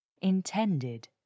intended